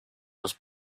los